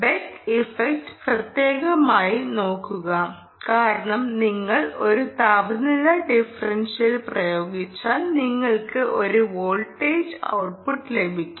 ബെക്ക് effect പ്രത്യേകമായി നോക്കുക കാരണം നിങ്ങൾ ഒരു താപനില ഡിഫറൻഷ്യൽ പ്രയോഗിച്ചാൽ നിങ്ങൾക്ക് ഒരു വോൾട്ടേജ് ഔട്ട്പുട്ട് ലഭിക്കും